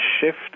shift